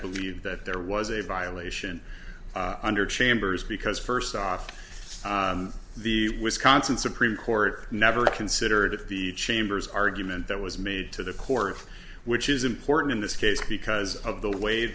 believe that there was a violation under chambers because first off the wisconsin supreme court never considered it the chamber's argument that was made to the court which is important in this case because of the way